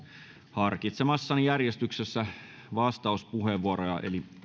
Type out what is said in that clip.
harkitsemassani järjestyksessä vastauspuheenvuoroja eli